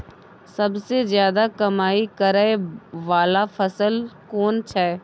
सबसे ज्यादा कमाई करै वाला फसल कोन छै?